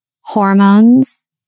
hormones